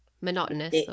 monotonous